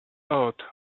out